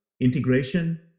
integration